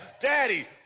Daddy